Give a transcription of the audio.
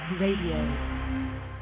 Radio